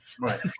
Right